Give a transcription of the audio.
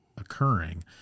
Occurring